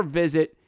visit